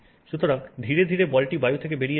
সুতরাং ধীরে ধীরে বলটি থেকে বায়ু বেরিয়ে যাবে